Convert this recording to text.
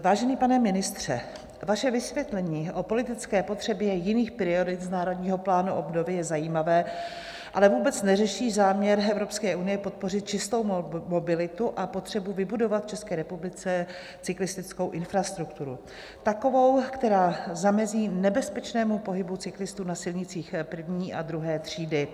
Vážený pane ministře, vaše vysvětlení o politické potřebě jiných priorit Národního plánu obnovy je zajímavé, ale vůbec neřeší záměr Evropské unie podpořit čistou mobilitu a potřebu vybudovat v České republice cyklistickou infrastrukturu, takovou, která zamezí nebezpečnému pohybu cyklistů na silnicích první a druhé třídy.